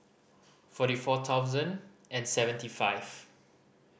forty four thousand and seventy five